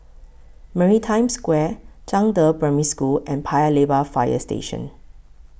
Maritime Square Zhangde Primary School and Paya Lebar Fire Station